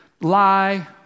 lie